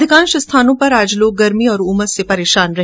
अधिकांश स्थानों पर आज लोग गर्मी और उमस से परेशान रहे